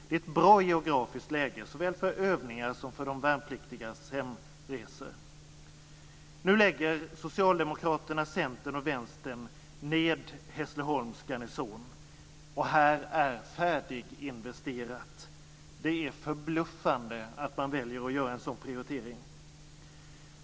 Det är ett bra geografiskt läge, såväl för övningar som för de värnpliktigas hemresor. Vänstern ned Hässleholms garnison. Här är färdiginvesterat. Det är förbluffande att man väljer att göra en sådan prioritering.